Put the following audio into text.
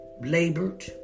labored